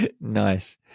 nice